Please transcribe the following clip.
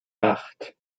acht